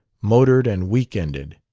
motored and week-ended.